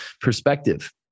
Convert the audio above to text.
perspective